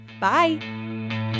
bye